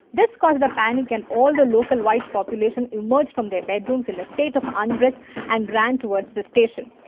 this caused a panic and all the local white population emerged from their bedroom in a state of undressed and ran towards the station.